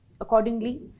Accordingly